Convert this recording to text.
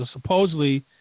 supposedly